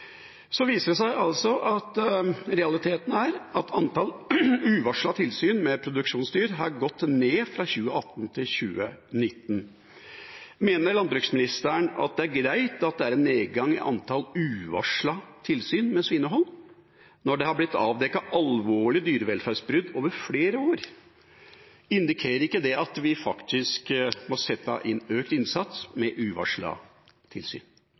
Så viser det seg altså at realiteten er at antall uvarslede tilsyn med produksjonsdyr har gått ned fra 2018 til 2019. Mener landbruksministeren det er greit at det er en nedgang i antall uvarslede tilsyn med svinehold når det er blitt avdekket alvorlige dyrevelferdsbrudd over flere år? Indikerer ikke det at vi faktisk må sette inn økt innsats med uvarslede tilsyn?